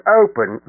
open